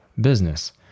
business